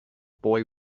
boy